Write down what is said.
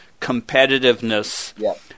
competitiveness